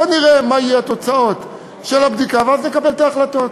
בואו נראה מה יהיו תוצאות הבדיקה ואז נקבל את ההחלטות.